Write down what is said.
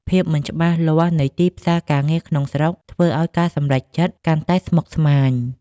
ភាពមិនច្បាស់លាស់នៃទីផ្សារការងារក្នុងស្រុក ធ្វើឱ្យការសម្រេចចិត្តកាន់តែស្មុគស្មាញ។